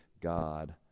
god